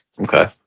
Okay